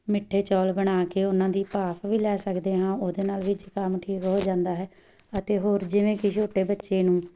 ਮਿੱਠੇ ਚੌਲ ਬਣਾ ਕੇ ਉਹਨਾਂ ਦੀ ਭਾਫ਼ ਵੀ ਲੈ ਸਕਦੇ ਹਾਂ ਉਹਦੇ ਨਾਲ ਵੀ ਜ਼ੁਕਾਮ ਠੀਕ ਹੋ ਜਾਂਦਾ ਹੈ ਅਤੇ ਹੋਰ ਜਿਵੇਂ ਕਿ ਛੋਟੇ ਬੱਚੇ ਨੂੰ